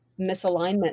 misalignment